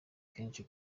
kenshi